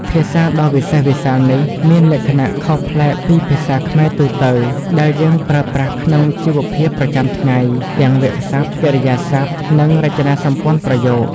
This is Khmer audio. ភាសាដ៏វិសេសវិសាលនេះមានលក្ខណៈខុសប្លែកពីភាសាខ្មែរទូទៅ ដែលយើងប្រើប្រាស់ក្នុងជីវភាពប្រចាំថ្ងៃ ទាំងវាក្យសព្ទ កិរិយាសព្ទ និងរចនាសម្ព័ន្ធប្រយោគ។